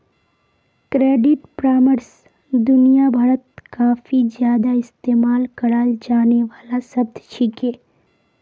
credit परामर्श दुनिया भरत काफी ज्यादा इस्तेमाल कराल जाने वाला शब्द छिके